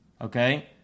okay